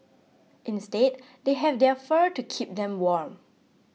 instead they have their fur to keep them warm